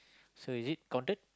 so is it counted